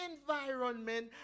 environment